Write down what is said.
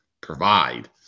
provide